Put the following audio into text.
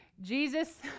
Jesus